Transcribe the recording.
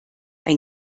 ein